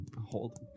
hold